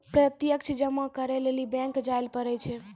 प्रत्यक्ष जमा करै लेली बैंक जायल पड़ै छै